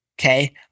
Okay